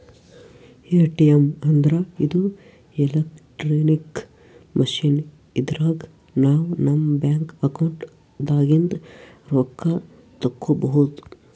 ATM ಅಂದ್ರ ಇದು electronic machine ಇದ್ರಾಗ್ ನಾವ್ ನಮ್ ಬ್ಯಾಂಕ್ ಅಕೌಂಟ್ ದಾಗಿಂದ್ ರೊಕ್ಕ ತಕ್ಕೋಬಹುದ್